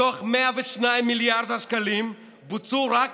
מתוך 102 מיליארד השקלים בוצעו רק